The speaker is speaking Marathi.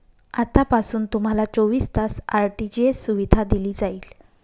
आतापासून तुम्हाला चोवीस तास आर.टी.जी.एस सुविधा दिली जाईल